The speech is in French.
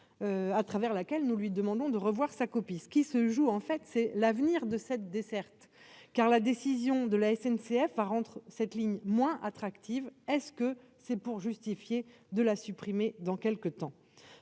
à travers laquelle nous lui demandons de revoir sa copie, ce qui se joue en fait, c'est l'avenir de cette desserte, car la décision de la SNCF à rendre cette ligne moins attractive est-ce que c'est pour justifier de la supprimer dans quelques temps